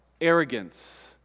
arrogance